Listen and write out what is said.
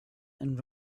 and